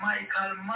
Michael